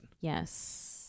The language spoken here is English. yes